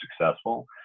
successful